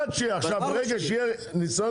ברגע שיהיה ---,